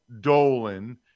Dolan